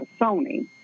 Sony